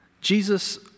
Jesus